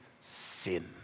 sin